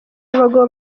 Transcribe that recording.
abagabo